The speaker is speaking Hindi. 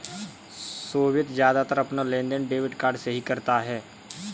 सोभित ज्यादातर अपना लेनदेन डेबिट कार्ड से ही करता है